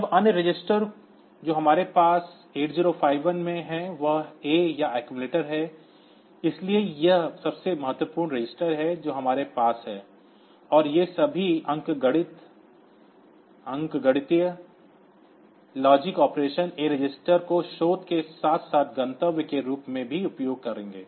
अब अन्य रजिस्टर जो हमारे पास 8051 में है वह A या accumulator है इसलिए यह सबसे महत्वपूर्ण रजिस्टर है जो हमारे पास है और ये सभी अंकगणितीय लॉजिक ऑपरेशंस A रजिस्टर को स्रोत के साथ साथ गंतव्य के रूप में भी उपयोग करेंगे